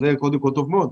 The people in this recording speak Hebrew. זה טוב מאוד.